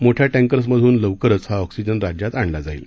मोठ्या टँकर्समध्न लवकरच हा ऑक्सिजन राज्यात आणला जाईल